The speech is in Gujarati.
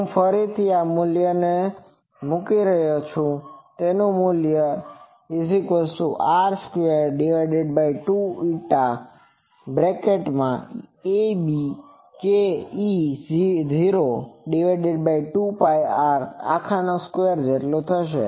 હું ફરીથી આ મૂલ્ય મૂકી રહ્યો છું જો હું તેને મૂકું તો તે r22ηabkE02πr2 બને છે